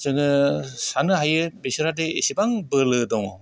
जोङो साननो हायो बिसोरादि इसेबां बोलो दङ